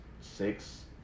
six